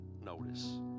notice